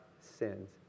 sins